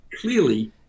Clearly